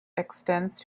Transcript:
extends